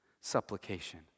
Supplication